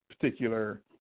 particular